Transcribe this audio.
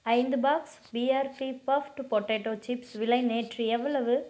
ஐந்து பாக்ஸ் பிஆர்பி பாப்ஃடு பொட்டேட்டோ சிப்ஸ் விலை நேற்று எவ்வளவு